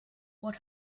what